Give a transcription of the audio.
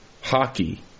hockey